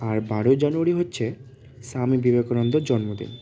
আর বারোই জানুয়ারি হচ্ছে স্বামী বিবেকানন্দের জন্মদিন